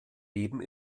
leben